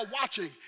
watching